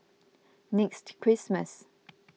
next Christmas